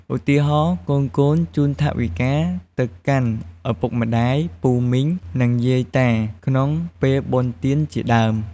ឧទាហរណ៍៍ កូនៗជូនថវិកាទៅកាន់ឪពុកម្ដាយ ពូមីង និង យាយតាក្នុងពេលបុណ្យទានជាដើម។